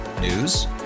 News